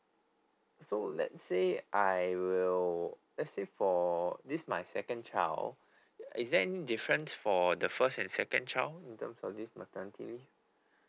so let's say I will let's say for this my second child is there any difference for the first and second child in terms of this maternity